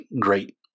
great